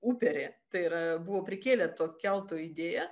uperį tai yra buvo prikėlę to kelto idėją